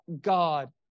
god